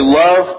love